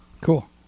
cool